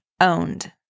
owned